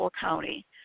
County